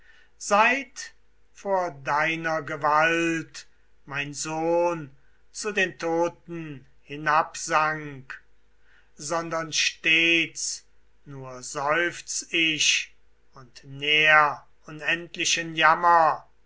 seit vor deiner gewalt mein sohn zu den toten hinabsank sondern stets nur seufz ich und nähr unendlichen jammer